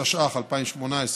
התיישנות),